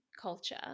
culture